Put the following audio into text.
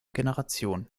generation